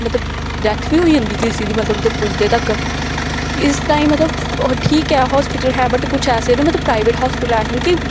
मतलब डैथ बी होई जंदी किसे दी मतलब उत्थे पुजदे तक इस ताईं मतलब ठीक ऐ हास्पिटल है बट कुछ ऐसे न मतलब प्राइवेट हास्पिटल ऐसे न कि